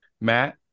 Matt